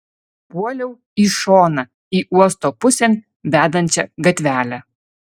puoliau į šoną į uosto pusėn vedančią gatvelę